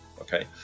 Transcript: Okay